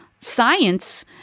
science –